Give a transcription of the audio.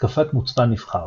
התקפת מוצפן-נבחר.